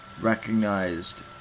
recognized